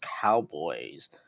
Cowboys